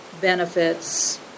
benefits